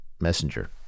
Messenger